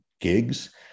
gigs